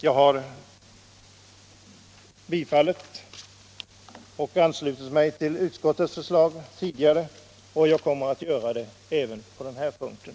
Jag har anslutit mig till utskottets förslag tidigare och jag kommer att göra det även på den här punkten.